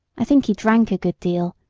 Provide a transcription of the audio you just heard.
i think he drank a good deal,